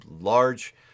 large